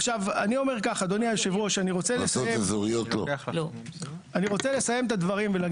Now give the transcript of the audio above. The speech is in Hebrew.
אדוני היושב-ראש, אני רוצה לסיים את הדברים.